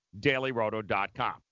DailyRoto.com